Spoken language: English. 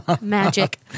Magic